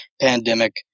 pandemic